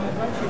לא מבקשים